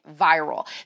viral